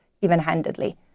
even-handedly